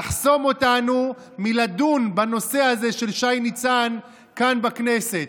לחסום אותנו מלדון בנושא הזה של שי ניצן כאן בכנסת?